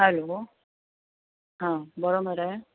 hello आं बरो मरे